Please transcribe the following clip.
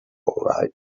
all